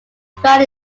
found